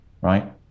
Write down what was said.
right